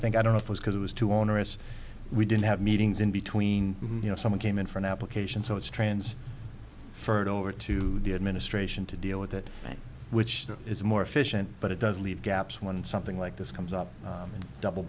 think i don't know if was because it was too onerous we didn't have meetings in between you know someone came in for an application so it's trans furred over to the administration to deal with it which is more efficient but it does leave gaps when something like this comes up double